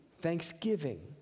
thanksgiving